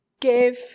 give